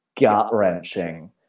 gut-wrenching